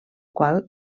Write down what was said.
qual